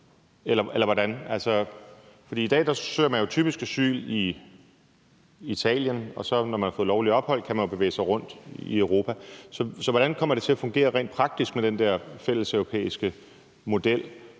i dag søger man jo typisk asyl i Italien, og når man så har fået lovligt ophold, kan man bevæge sig rundt i Europa. Så hvordan kommer det til at fungere rent praktisk med den der fælleseuropæiske model?